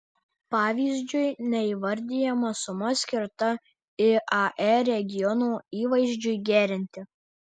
pavyzdžiui neįvardijama suma skirta iae regiono įvaizdžiui gerinti